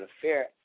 affair